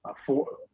ah four,